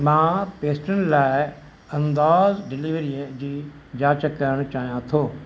मां पेस्ट्रियुनि लाइ अंदाज़ डिलीवरीअ जी जांच करण चाहियां थो